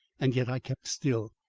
and yet i kept still.